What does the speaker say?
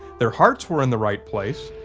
their hearts were in the right place,